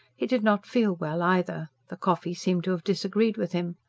he did not feel well either the coffee seemed to have disagreed with him.